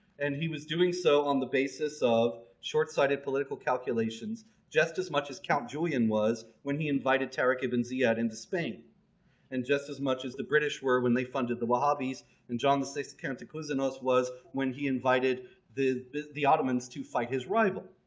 and he was doing so on the basis of short-sighted political calculations just as much as count julian was when he invited tariq ibn ziyad ziyad into spain and just as much as the british were when they funded the wahhabis and john the sixth kantakouzenos was when he invited the the ottomans to fight his rival.